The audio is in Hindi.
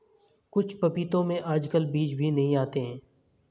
कुछ पपीतों में आजकल बीज भी नहीं आते हैं